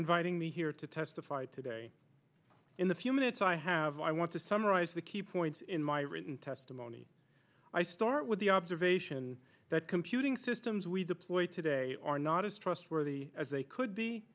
inviting me here to testify today in the few minutes i have i want to summarize the key points in my written testimony i start with the observation that computing systems we deployed today are not as trustworthy as they could be